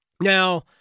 Now